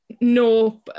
No